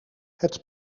het